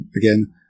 again